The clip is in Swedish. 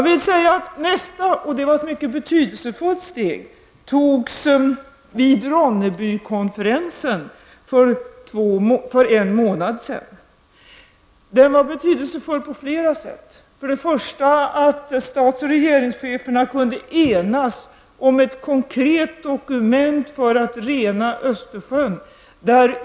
Nästa steg -- och det var mycket betydelsefullt -- togs vid Ronnebykonferensen för en månad sedan. Den var betydelsefull på flera sätt. För det första kunde då stats och regeringscheferna enas om ett konkret dokument om renandet av Östersjön.